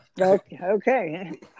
Okay